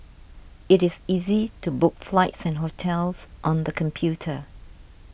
it is easy to book flights and hotels on the computer